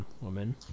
woman